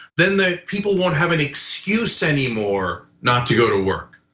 then the people won't have an excuse anymore not to go to work.